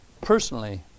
personally